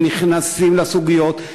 הם נכנסים לסוגיות,